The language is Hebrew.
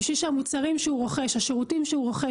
בשביל שהמוצרים שהוא רוכש והשירותים שהוא רוכש